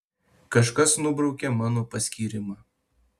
kažkas nubraukė mano paskyrimą